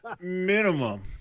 Minimum